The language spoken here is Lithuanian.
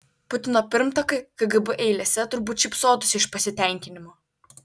putino pirmtakai kgb eilėse turbūt šypsotųsi iš pasitenkinimo